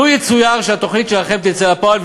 לו יצויר שהתוכנית שלכם תצא לפועל,